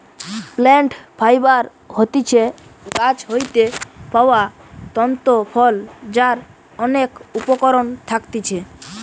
plant fibre হতিছে গাছ হইতে পাওয়া তন্তু ফল যার অনেক উপকরণ থাকতিছে